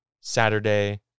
Saturday